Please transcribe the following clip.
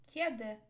Kiedy